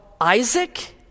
Isaac